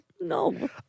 No